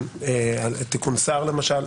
תיקון סער למשל,